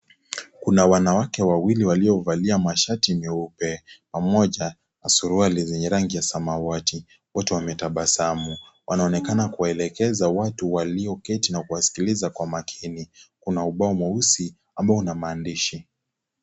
Kuna wanawake wawili waliovalia mashati meupe pamoja na suruali zenye rangi ya samawati, wote wametabasamu, wanaonekana kuwaelekeza watu walioketi na kuwasikiliza kwa makini, kuna ubao mweusi ambao una maandishi.